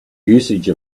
usage